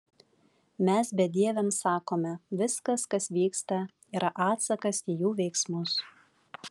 mes bedieviams sakome viskas kas vyksta yra atsakas į jų veiksmus